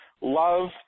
love